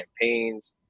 campaigns